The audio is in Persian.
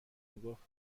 میگفت